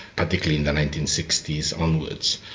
particularly in the nineteen sixty s onwards.